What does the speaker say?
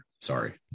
Sorry